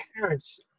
Parents